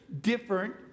different